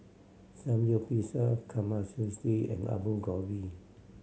Samgyeopsal Kamameshi and Alu Gobi